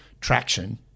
traction